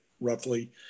roughly